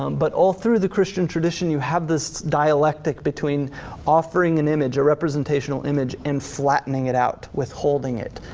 um but all through the christian tradition, you have this dialectic between offering an image, a representational image and flattening it out, withholding it,